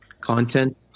content